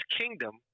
kingdom